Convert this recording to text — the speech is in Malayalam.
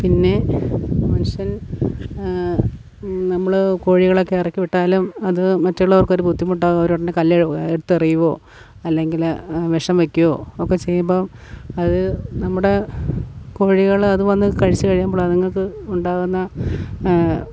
പിന്നെ മനുഷ്യൻ നമ്മൾ കോഴികളെ ഒക്കെ ഇറക്കിവിട്ടാലും അത് മറ്റുള്ളവർക്ക് ഒരു ബുദ്ധിമുട്ടാകാറുണ്ട് കല്ലെടുത്ത് എറിയുവോ അല്ലെങ്കിൽ വെഷം വയ്ക്കുവോ ഒക്കെ ചെയ്യുമ്പോൾ അത് നമ്മുടെ കോഴികൾ അത് വന്ന് കഴിച്ച് കഴിയുമ്പോൾ അതുങ്ങൾക്ക് ഉണ്ടാവുന്ന